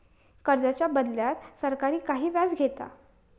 कर्जाच्या बदल्यात सरकार काही व्याज घेता